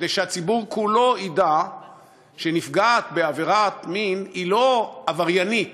כדי שהציבור כולו ידע שנפגעת בעבירת מין היא לא עבריינית.